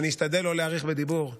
הדלקת נרות.